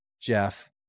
Jeff